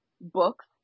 books